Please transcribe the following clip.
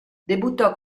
debuttò